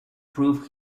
prove